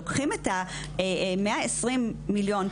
לוקחים את ה-120 מיליון,